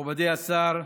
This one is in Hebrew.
מכובדי השר,